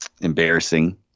embarrassing